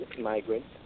migrants